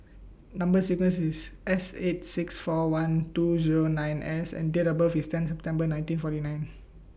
Number sequence IS S eight six four one two Zero nine S and Date of birth IS ten September nineteen forty nine